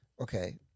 okay